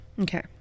Okay